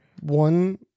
One